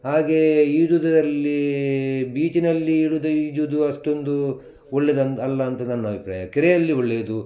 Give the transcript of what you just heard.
ಹಾಗೆಯೇ ಈಜೋದ್ರಲ್ಲೀ ಬೀಚಿನಲ್ಲಿ ಇಳುದು ಈಜೋದು ಅಷ್ಟೊಂದು ಒಳ್ಳೆದಂದು ಅಲ್ಲ ಅಂತ ನನ್ನ ಅಭಿಪ್ರಾಯ ಕೆರೆಯಲ್ಲಿ ಒಳ್ಳೆಯದು